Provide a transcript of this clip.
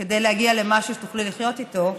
כדי להגיע למשהו שתוכלי לחיות איתו.